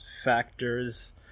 factors